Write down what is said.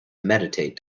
meditate